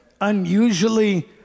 unusually